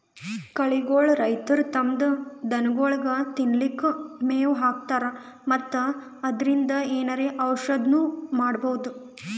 ಕಳಿಗೋಳ್ ರೈತರ್ ತಮ್ಮ್ ದನಗೋಳಿಗ್ ತಿನ್ಲಿಕ್ಕ್ ಮೆವ್ ಹಾಕ್ತರ್ ಮತ್ತ್ ಅದ್ರಿನ್ದ್ ಏನರೆ ಔಷದ್ನು ಮಾಡ್ಬಹುದ್